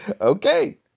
Okay